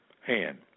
hand